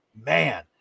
man